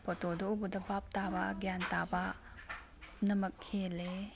ꯐꯣꯇꯣꯗꯣ ꯎꯕꯗ ꯚꯥꯄ ꯇꯥꯕ ꯒ꯭ꯌꯥꯟ ꯇꯥꯕ ꯄꯨꯝꯅꯃꯛ ꯍꯦꯜꯂꯦ